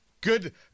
Good